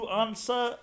answer